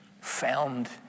found